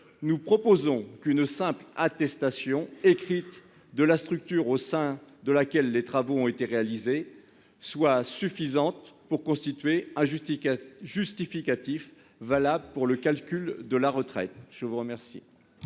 nous proposons qu'une simple attestation écrite de la structure au sein de laquelle les travaux ont été réalisés soit suffisante pour constituer un justificatif valable pour le calcul de la retraite. Quel